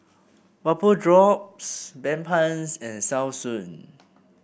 Vapodrops Bedpans and Selsun